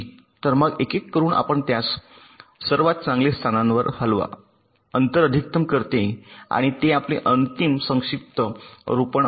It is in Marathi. तर मग एकेक करून आपण त्यास सर्वात चांगले स्थानावर हलवा अंतर अधिकतम करते आणि ते आपले अंतिम संक्षिप्त रूपण असेल